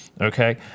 Okay